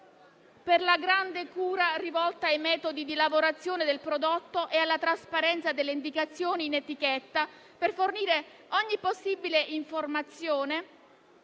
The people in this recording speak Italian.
per la grande cura rivolta ai metodi di lavorazione del prodotto e alla trasparenza delle indicazioni in etichetta per fornire ogni possibile informazione